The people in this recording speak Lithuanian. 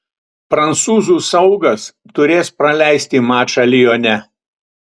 prancūzų saugas turės praleisti mačą lione